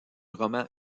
roman